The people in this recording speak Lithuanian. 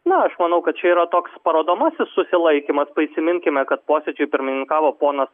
na aš manau kad čia yra toks parodomasis susilaikymas prisiminkime kad posėdžiui pirmininkavo ponas